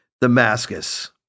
Damascus